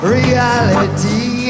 reality